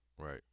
right